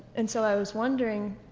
and so i was wondering,